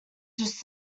just